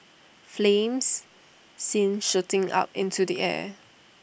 flames seen shooting up into the air